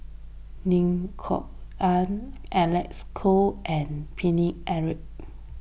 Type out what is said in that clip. Lim Kok Ann Alec Kuok and Paine Eric